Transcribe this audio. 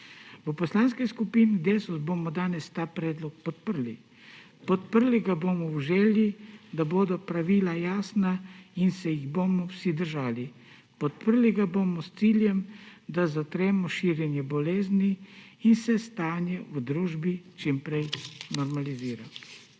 V Poslanski skupini Desus bomo danes ta predlog podprli. Podprli ga bomo v želji, da bodo pravila jasna in se jih bomo vsi držali. Podprli ga bomo s ciljem, da zatremo širjenje bolezni in se stanje v družbi čim prej normalizira.